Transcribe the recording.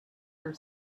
her